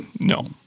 No